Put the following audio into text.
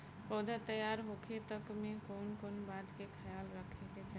पौधा तैयार होखे तक मे कउन कउन बात के ख्याल रखे के चाही?